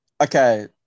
Okay